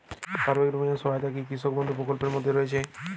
পারিবারিক বীমা সহায়তা কি কৃষক বন্ধু প্রকল্পের মধ্যে রয়েছে?